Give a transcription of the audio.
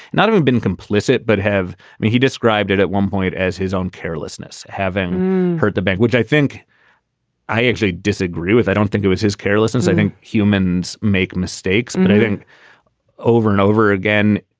not having been complicit. but have he described it at one point as his own carelessness? having heard the language, i think i actually disagree with. i don't think it was his carelessness. i think humans make mistakes. but i think over and over again,